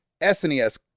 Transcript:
SNES